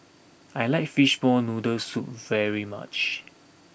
I like Fishball Noodle Soup very much